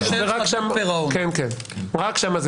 רק שם.